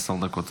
עשר דקות,